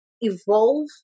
evolve